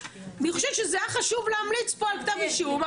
אני חושבת שזה היה חשוב להמליץ פה על כתב אישום,